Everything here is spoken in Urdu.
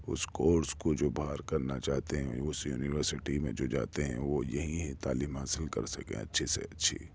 اس کورس کو جو باہر کرنا چاہتے ہیں اس یونیورسٹی میں جو جاتے ہیں وہ یہیں ہی تعلیم حاصل کر سکیں اچھے سے اچھی